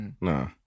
No